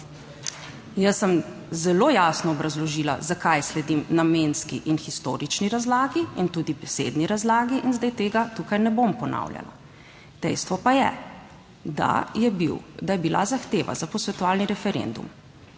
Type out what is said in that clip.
Jaz sem zelo jasno obrazložila, zakaj sledim namenski in historični razlagi in tudi besedni razlagi in zdaj tega tukaj ne bom ponavljala, dejstvo pa je, da je bil, da je bila zahteva za posvetovalni referendum